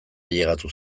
ailegatu